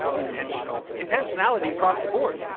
intentionality intentionality across the board.